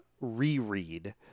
reread